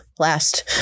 Last